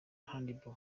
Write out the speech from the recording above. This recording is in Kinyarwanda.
handball